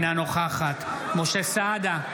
בעד משה סעדה,